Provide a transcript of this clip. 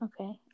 Okay